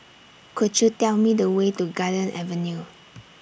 Could YOU Tell Me The Way to Garden Avenue